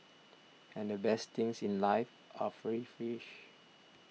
and the best things in life are free fish